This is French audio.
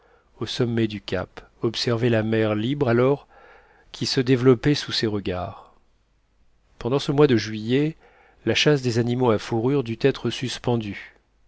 au sommet du cap observer la mer libre alors qui se développait sous ses regards pendant ce mois de juillet la chasse des animaux à fourrures dut être suspendue